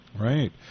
Right